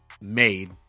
made